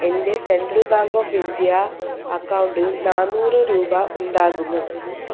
എൻ്റെ Central Bank of India അക്കൗണ്ടിൽ നാനൂറ് രൂപ ഉണ്ടാകുമോ